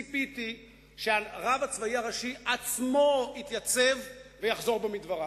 ציפיתי שהרב הצבאי הראשי עצמו יתייצב ויחזור בו מדבריו.